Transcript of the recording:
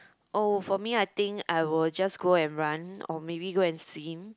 oh for me I think I will just go and run or maybe go and swim